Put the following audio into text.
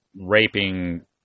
raping